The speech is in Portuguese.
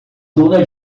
duna